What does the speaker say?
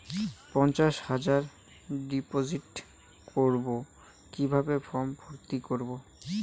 পঞ্চাশ হাজার ডিপোজিট করবো কিভাবে ফর্ম ভর্তি করবো?